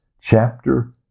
chapter